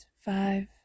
Five